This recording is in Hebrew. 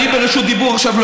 אני ברשות דיבור עכשיו,